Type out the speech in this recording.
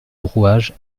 brouage